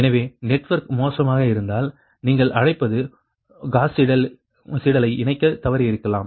எனவே நெட்வொர்க் மோசமாக இருந்தால் நீங்கள் அழைப்பது காஸ் சீடலை இணைக்கத் தவறியிருக்கலாம்